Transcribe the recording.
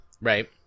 Right